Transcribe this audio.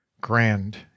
grand